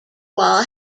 wall